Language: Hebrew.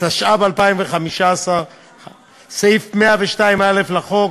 התשע"ו 2015. סעיף 102א לחוק,